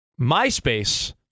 MySpace